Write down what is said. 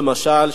למשל,